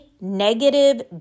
negative